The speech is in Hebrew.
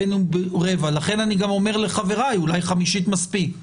יש הבדל מהותי פה בין הרבע לחמישית,